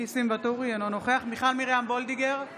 אינו נוכח מיכל מרים וולדיגר,